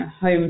home